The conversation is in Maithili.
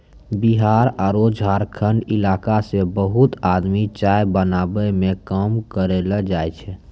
बिहार आरो झारखंड इलाका सॅ बहुत आदमी चाय बगानों मॅ काम करै ल जाय छै